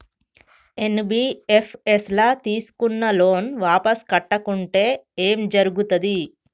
NBFS ల తీస్కున్న loan వాపస్ కట్టకుంటే ఏం జర్గుతది?